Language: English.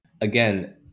Again